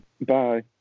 bye